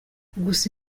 gusa